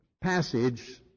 passage